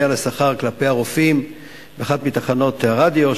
על השכר כלפי הרופאים באחת מתחנות הרדיו,